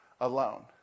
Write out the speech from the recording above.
alone